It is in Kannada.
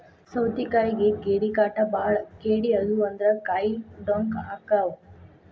ಸೌತಿಕಾಯಿಗೆ ಕೇಡಿಕಾಟ ಬಾಳ ಕೇಡಿ ಆದು ಅಂದ್ರ ಕಾಯಿ ಡೊಂಕ ಅಕಾವ್